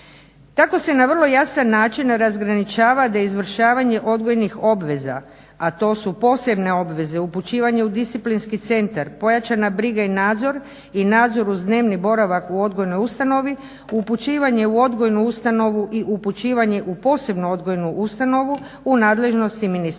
Tako se na vrlo jasan način razgraničava da je izvršavanje odgojnih obveza, a to su posebne obveze, upućivanje u disciplinski centar, pojačana briga i nadzor i nadzor uz dnevni boravak u odgojnoj ustanovi, upućivanje u odgojnu ustanovu i upućivanje u posebnu odgojnu ustanovu u nadležnosti ministarstva